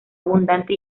abundante